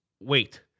wait